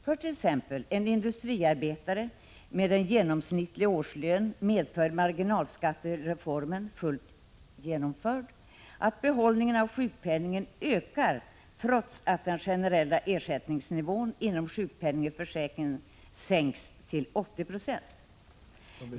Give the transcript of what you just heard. För t.ex. en industriarbetare med en genomsnittlig årslön medför marginalskattereformen fullt genomförd att behållningen av sjukpenningen ökar trots att den generella ersättningsnivån inom sjukpenningförsäkringen sänks till 80 20.